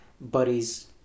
buddies